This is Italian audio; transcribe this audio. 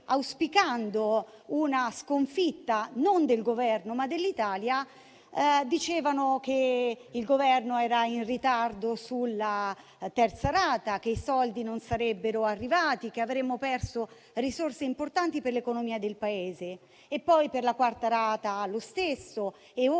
auspicando una sconfitta non del Governo, ma dell'Italia, dicevano che il Governo era in ritardo sulla terza rata, che i soldi non sarebbero arrivati, che avremmo perso risorse importanti per l'economia del Paese e poi per la quarta rata hanno fatto